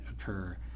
occur